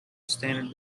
standard